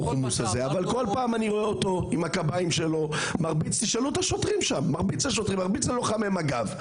אבל כל פעם אני רואה אותו עם הקביים שלו מרביץ לשוטרים וללוחמי מג"ב.